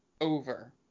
over